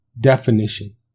definition